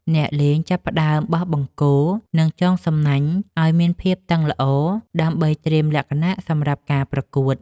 អ្នកលេងចាប់ផ្ដើមបោះបង្គោល និងចងសំណាញ់ឱ្យមានភាពតឹងល្អ ដើម្បីត្រៀមលក្ខណៈសម្រាប់ការប្រកួត។